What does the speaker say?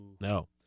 No